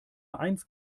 eins